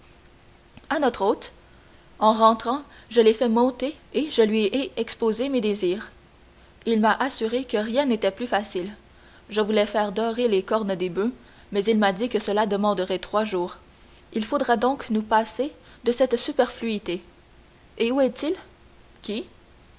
à notre hôte en rentrant je l'ai fait monter et lui ai exposé mes désirs il m'a assuré que rien n'était plus facile je voulais faire dorer les cornes des boeufs mais il m'a dit que cela demandait trois jours il faudra donc nous passer de cette superfluité et où est-il qui